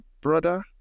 brother